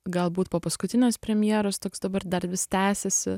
galbūt po paskutinės premjeros toks dabar dar vis tęsiasi